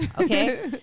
Okay